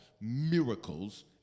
miracles